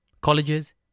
colleges